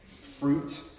fruit